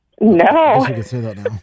No